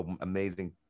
amazing